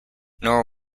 nor